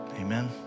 amen